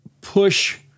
push